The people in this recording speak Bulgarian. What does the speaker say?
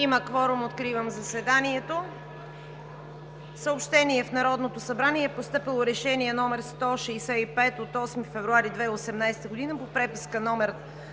Има кворум. Откривам заседанието.